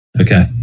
Okay